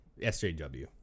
SJW